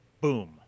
boom